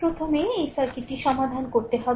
প্রথমে এই সার্কিটটি সমাধান করতে হবে